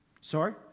Sorry